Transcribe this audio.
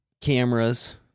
Cameras